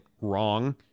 Wrong